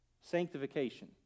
sanctification